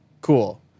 cool